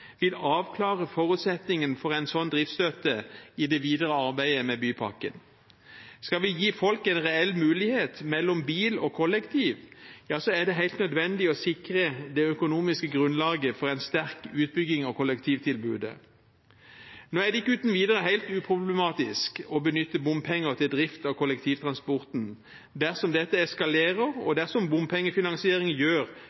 vil avklare forutsetningen for en sånn driftsstøtte i det videre arbeidet med bypakken. Skal vi gi folk en reell mulighet mellom bil og kollektiv, er det helt nødvendig å sikre det økonomiske grunnlaget for en sterk utbygging av kollektivtilbudet. Nå er det ikke uten videre helt uproblematisk å benytte bompenger til drift av kollektivtransporten dersom dette eskalerer, og dersom bompengefinansiering gjør